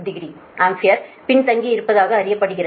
860 ampere பின்தங்கியிருப்பதாக அறியப்படுகிறது